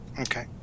okay